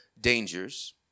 dangers